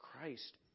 Christ